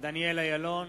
דניאל אילון,